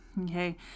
okay